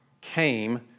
came